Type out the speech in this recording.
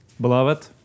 Beloved